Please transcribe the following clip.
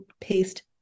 paste